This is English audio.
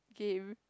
game